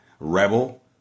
Rebel